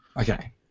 Okay